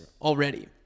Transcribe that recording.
already